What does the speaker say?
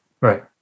right